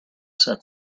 set